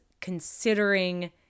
considering